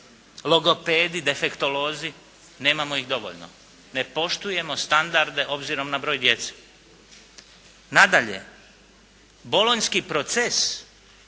logopedi, defektolozi. Nemamo ih dovoljno. Ne poštujemo standarde obzirom na broj djece. Nadalje, bolonjski proces